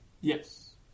Yes